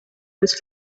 was